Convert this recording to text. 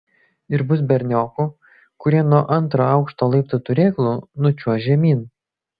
ir bus berniokų kurie nuo antro aukšto laiptų turėklų nučiuoš žemyn